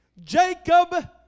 Jacob